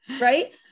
right